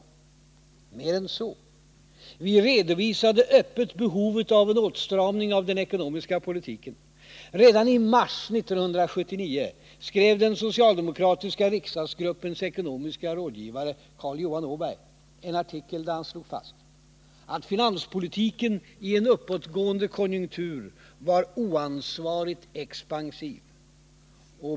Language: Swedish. Mer än så. Vi redovisade öppet behovet av en åtstramning av den ekonomiska politiken. Redan i mars 1979 skrev den socialdemokratiska riksdagsgruppens ekonomiske rådgivare Carl-Johan Åberg en artikel där han slog fast att finanspolitiken i en uppåtgående konjunktur var ”oansvarigt expansiv”.